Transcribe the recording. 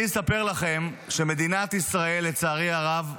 אני אספר לכם שמדינת ישראל, לצערי הרב,